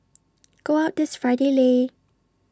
go out this Friday Lei